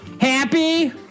Happy